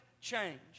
change